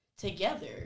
together